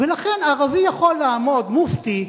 לכן הערבי יכול לעמוד, מופתי,